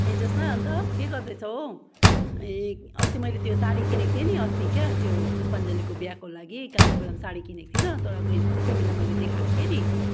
ए जोसना अन्त के गर्दैछौ हौ ए अस्ति मैले त्यो सारी किनेको थिएँ नि अस्ति क्या त्यो पुष्पान्जलीको बिहेको लागि कान्चिपुरम सारी किनेको थिइनँ तँलाई मैले तिमीलाई मैले देखाएको थिएँ नि